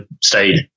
stayed